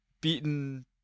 beaten